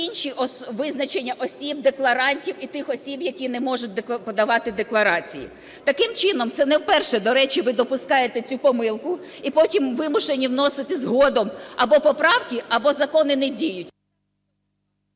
інші визначення осіб-декларантів і тих осіб, які не можуть подавати декларації. Таким чином це не вперше, до речі, ви допускаєте цю помилку і потім вимушені вносити згодом або поправки, або закони не діють.